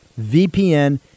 VPN